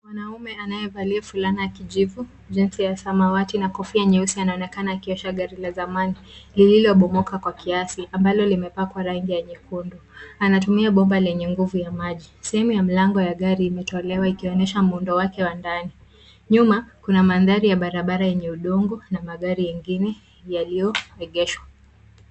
Mwanaume anaye valia fulana ya kijivu. Jensi ya samawati na kofia nyeusi, anaonekana akiosha gari la zamani. Lililo bomoka kwa kiasi. Ambalo limepakwa rangi ya nyekundu. Anatumia bomba lenye nguvu ya maji. Sehemu ya mlango ya gari imetolewa ikionesha muundo wake wa ndani. Nyuma, kuna mandari ya barabara yenye udongo na magari yingine yaliyo egeshwa.